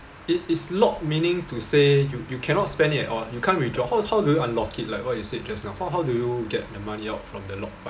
it is locked meaning to say you you cannot spend it at all you can't withdraw how how do you unlock it like what you said just now how how do you get the money out from the locked part